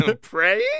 Praying